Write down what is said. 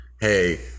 hey